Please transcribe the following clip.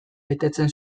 betetzen